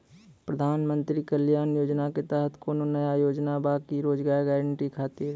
प्रधानमंत्री कल्याण योजना के तहत कोनो नया योजना बा का रोजगार गारंटी खातिर?